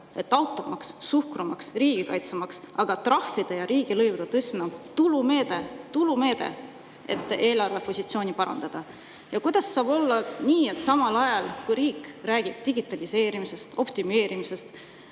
et automaks, suhkrumaks, riigikaitsemaks, aga ka trahvide ja riigilõivude tõstmine on tulumeede – tulumeede! –, et eelarvepositsiooni parandada. Kuidas saab olla nii, et samal ajal kui riik räägib digitaliseerimisest ja optimeerimisest,